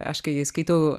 aš kai skaitau